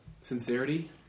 Sincerity